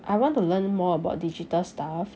I want to learn more about digital stuff